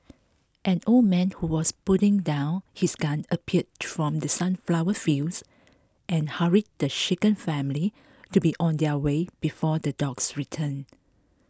an old man who was putting down his gun appeared from the sunflower fields and hurried the shaken family to be on their way before the dogs return